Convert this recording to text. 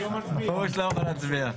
פרוש לא יכול להצביע.